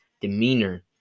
demeanor